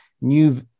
new